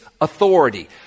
authority